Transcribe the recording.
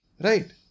Right